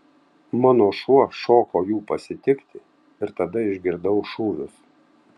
mano šuo šoko jų pasitikti ir tada išgirdau šūvius